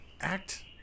Act